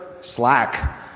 Slack